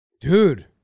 Dude